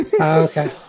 Okay